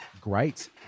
great